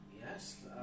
Yes